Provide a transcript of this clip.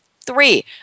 Three